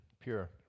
Pure